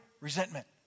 resentment